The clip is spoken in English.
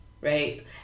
Right